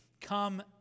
come